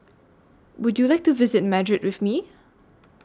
Would YOU like to visit Madrid with Me